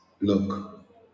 look